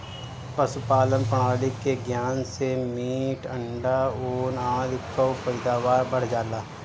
पशुपालन प्रणाली के ज्ञान से मीट, अंडा, ऊन आदि कअ पैदावार बढ़ जाला